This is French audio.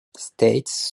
state